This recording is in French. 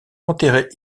enterré